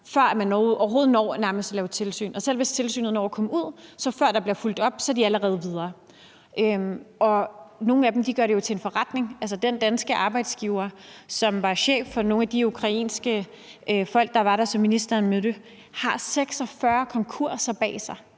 før man overhovedet når at lave tilsyn. Og selv hvis tilsynet når at komme ud, er de virksomheder allerede videre, før der bliver fulgt op. Nogle af dem gør det jo til en forretning. Altså, den danske arbejdsgiver, som var chef for nogle af de ukrainske folk, der var der, og som ministeren mødte, har 46 konkurser bag sig.